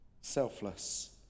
selfless